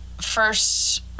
first